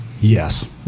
Yes